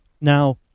Now